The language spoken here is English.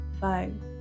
five